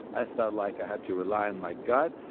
i felt like i had to rely on my gut,